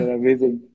amazing